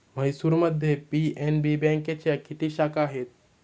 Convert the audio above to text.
म्हैसूरमध्ये पी.एन.बी बँकेच्या किती शाखा आहेत?